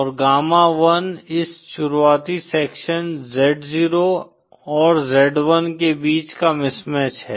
और गामा 1 इस शुरुआती सेक्शन z0 और z1 के बीच का मिसमैच है